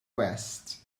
west